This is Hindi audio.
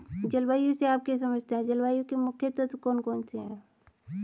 जलवायु से आप क्या समझते हैं जलवायु के मुख्य तत्व कौन कौन से हैं?